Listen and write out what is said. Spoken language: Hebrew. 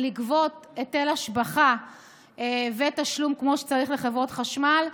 לגבות היטל השבחה ותשלום כמו שצריך לחברת החשמל,